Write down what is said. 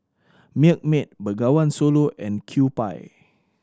Milkmaid Bengawan Solo and Kewpie